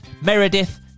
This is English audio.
Meredith